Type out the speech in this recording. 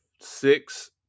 six